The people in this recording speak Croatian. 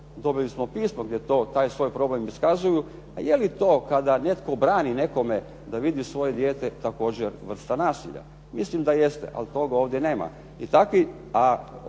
dobili smo pismo gdje taj svoj problem iskazuju, a je li to kada netko brani nekome da vidi svoje dijete također vrsta nasilja? Mislim da jeste, ali toga ovdje nema.